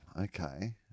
okay